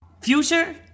Future